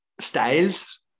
styles